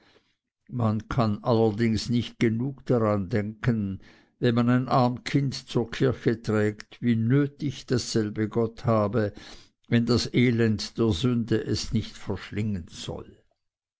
man kann allerdings nicht genug daran denken wenn man ein arm kind zur kirche trägt wie nötig dasselbe gott habe wenn das elend der sünde es nicht verschlingen soll